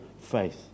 faith